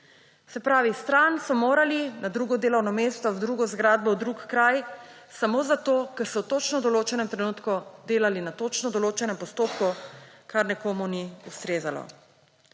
Se pravi, stran so morali – na drugo delovno mesto, v drugo zgradbo, v drug kraj – samo zato, ker so v točno določenem trenutku delali na točno določenem postopku, kar nekomu ni ustrezalo.